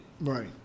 Right